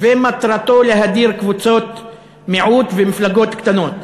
ומטרתו להדיר קבוצות מיעוט ומפלגות קטנות.